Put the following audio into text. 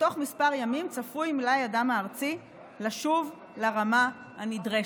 ותוך כמה ימים צפוי מלאי הדם הארצי לשוב לרמה הנדרשת,